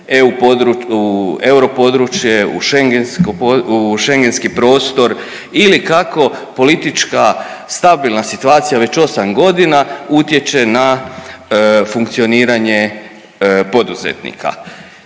u euro područje, Schengenski prostor ili kako politička stabilna situacija već 8 godina utječe na funkcioniranje poduzetnika.